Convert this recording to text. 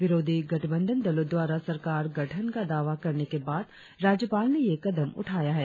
विरोधी गठबंधन दलों द्वारा सरकार गठन का दावा करने के बाद राज्यपाल ने यह कदम उठाया है